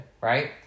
Right